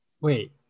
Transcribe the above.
Wait